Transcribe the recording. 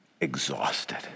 exhausted